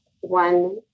one